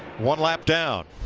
one lap down.